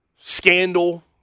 scandal